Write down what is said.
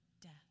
death